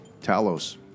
Talos